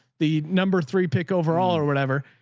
the number three pick overall or whatever,